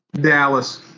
Dallas